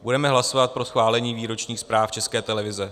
Budeme hlasovat pro schválení výročních zpráv České televize.